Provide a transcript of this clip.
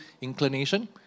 inclination